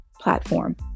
platform